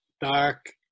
dark